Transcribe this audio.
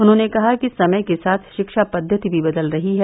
उन्होंने कहा कि समय के साथ शिक्षा पद्मति भी बदल रही है